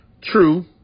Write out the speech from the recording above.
true